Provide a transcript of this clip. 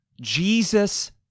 Jesus